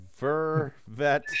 Vervet